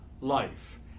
life